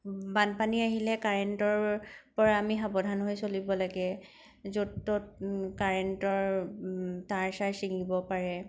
বানপানী আহিলে কাৰেণ্টৰ পৰা আমি সাৱধান হৈ চলিব লাগে য'ত ত'ত কাৰেণ্টৰ তাঁৰ চাৰ ছিঙিব পাৰে